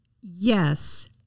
Yes